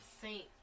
Saint